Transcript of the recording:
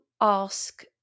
ask